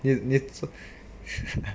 你你